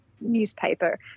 newspaper